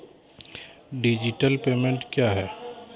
Digital payment क्या हैं?